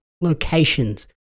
locations